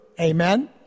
Amen